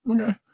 Okay